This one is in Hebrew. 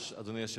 אדוני השר,